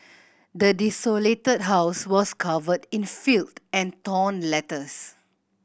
the desolated house was covered in filth and torn letters